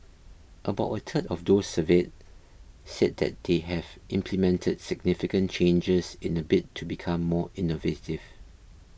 about a third of those surveyed said that they have implemented significant changes in a bid to become more innovative